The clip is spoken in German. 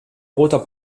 roter